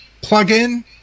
plugin